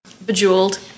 Bejeweled